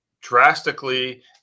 drastically